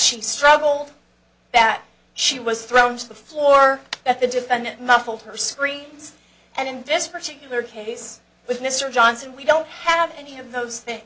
she struggled that she was thrown to the floor that the defendant muffled her screams and in this particular case with mr johnson we don't have any of those things